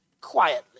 quietly